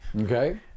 Okay